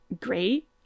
great